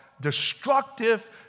destructive